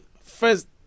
first